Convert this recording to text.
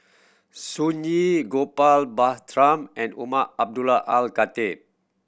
Sun Yee Gopal Baratham and Umar Abdullah Al Khatib